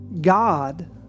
God